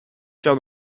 faire